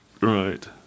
Right